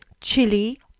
Chili